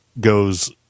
goes